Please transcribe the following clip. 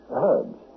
herbs